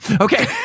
okay